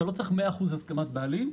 אתה לא צריך 100% הסכמת בעלים.